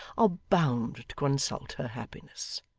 are bound to consult her happiness.